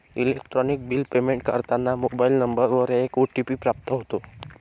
electronic bill payment करताना mobile नंबरवर एक ओ.टी.पी प्राप्त होतो